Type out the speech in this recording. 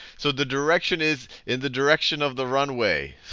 so the direction is in the direction of the runway.